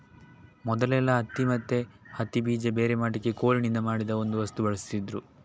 ಮೊದಲೆಲ್ಲಾ ಹತ್ತಿ ಮತ್ತೆ ಹತ್ತಿ ಬೀಜ ಬೇರೆ ಮಾಡ್ಲಿಕ್ಕೆ ಕೋಲಿನಿಂದ ಮಾಡಿದ ಒಂದು ವಸ್ತು ಬಳಸ್ತಿದ್ರು